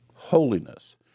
Holiness